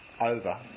over